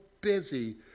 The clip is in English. busy